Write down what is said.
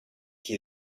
qui